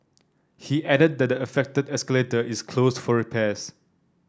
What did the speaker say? he added that the affected escalator is closed for repairs